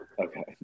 Okay